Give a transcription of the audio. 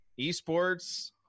Esports